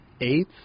eighth